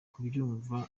kubyumva